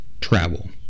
travel